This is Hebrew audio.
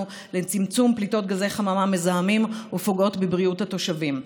לצמצום פליטות גזי חממה מזהמים ופוגעות בבריאות התושבים.